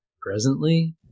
presently